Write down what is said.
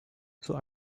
zur